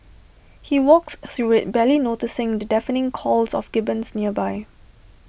he walks through IT barely noticing the deafening calls of gibbons nearby